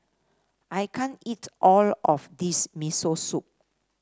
I can't eat all of this Miso Soup